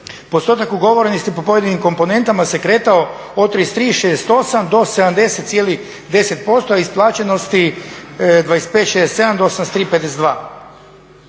postotak ugovorenosti po pojedinim komponentama se kretao od 33,68 do 70,10% a isplaćenosti 25,67 do 83,52.